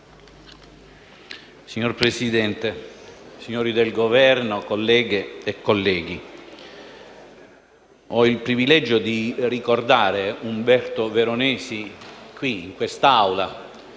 Signor Presidente, signori del Governo, colleghe e colleghi, ho il privilegio di ricordare Umberto Veronesi in quest'Aula,